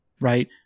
right